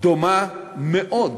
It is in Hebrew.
דומה מאוד,